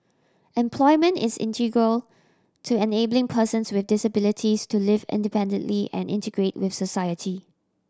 employment is integral to enabling persons with disabilities to live independently and integrate with society